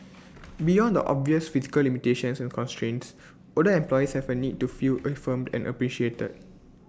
beyond the obvious physical limitations and constraints older employees have A need to feel affirmed and appreciated